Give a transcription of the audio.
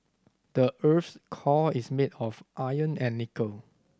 the earth's core is made of iron and nickel